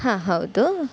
ಹಾಂ ಹೌದು